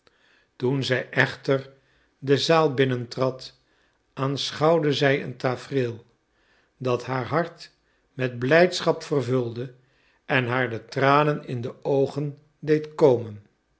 toen zij echter de zaal binnen trad aanschouwde zij een tafereel dat haar hart met blijdschap vervulde en haar de tranen in de oogen deed komen